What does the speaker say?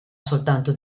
soltanto